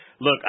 look